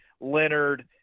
Leonard –